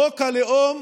חוק הלאום